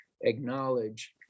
acknowledge